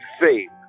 faith